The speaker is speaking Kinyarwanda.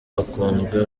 bakunzwe